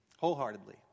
wholeheartedly